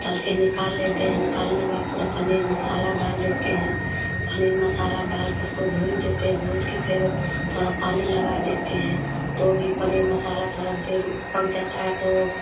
तल कर निकाल लेते हैं निकालने के बाद पूरा पनीर मसाला डाल देते हैं पनीर मसाला डाल कर उसको भूँज देते हैं भूँज कर फिर थोड़ा पानी लगा देते हैं तो भी पनीर मसाला थोड़ा देर पक जाता है तो